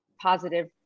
positive